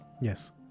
Yes